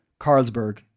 Carlsberg